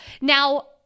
Now